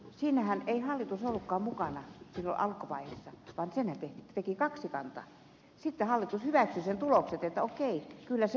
siinähän ei hallitus ollutkaan mukana alkuvaiheessa vaan senhän teki kaksikanta ja sitten hallitus hyväksyi sen tulokset että okei kyllä se vaan sopii